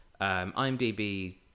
IMDb